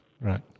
right